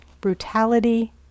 brutality